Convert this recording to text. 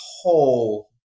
whole